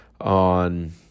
on